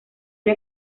una